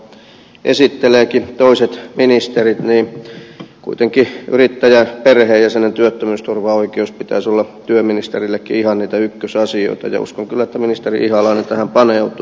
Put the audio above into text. vaikka sosiaaliturvan esittelevätkin toiset ministerit niin kuitenkin yrittäjän perheenjäsenen työttömyysturvaoikeuden pitäisi olla työministerillekin ihan niitä ykkösasioita ja uskon kyllä että ministeri ihalainen tähän paneutuu